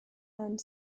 and